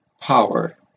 power